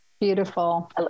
Beautiful